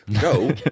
go